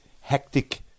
hectic